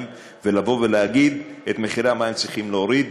ולבוא ולהגיד: את מחירי המים צריכים להוריד,